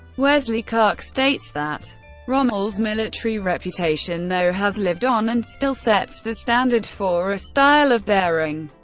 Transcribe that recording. wesley clark states that rommel's military reputation, though, has lived on, and still sets the standard for a style of daring,